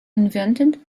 invented